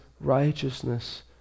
righteousness